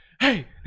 hey